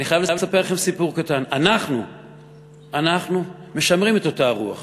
אני חייב לספר לכם סיפור קטן: אנחנו משמרים את אותה הרוח